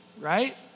right